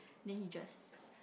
then you just